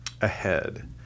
ahead